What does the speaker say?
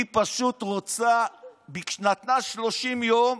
היא פשוט נתנה 30 יום.